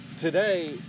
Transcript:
today